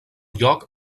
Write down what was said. lloc